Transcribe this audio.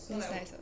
it's nice